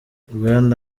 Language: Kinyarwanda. bwana